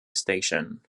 station